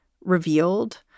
revealed